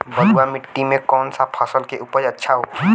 बलुआ मिट्टी में कौन सा फसल के उपज अच्छा होखी?